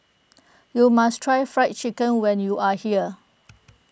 you must try Fried Chicken when you are here